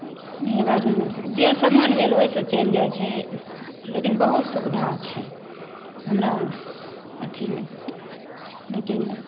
हे वएह जाहिसँ मन भेल ओहिसँ से चलि जाइत छै लेकिन बहुत सुविधा छै हमरा अथीमे लेकिन